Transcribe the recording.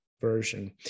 version